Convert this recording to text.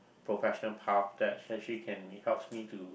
professional path that actually can helps me to